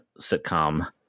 sitcom